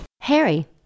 Harry